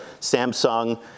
Samsung